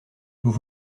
vous